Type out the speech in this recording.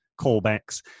callbacks